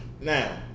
Now